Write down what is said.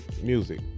music